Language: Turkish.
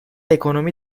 ekonomi